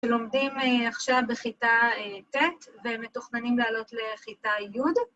‫לומדים עכשיו בכיתה ט' ‫ומתוכננים לעלות לכיתה י'.